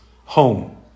home